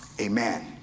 Amen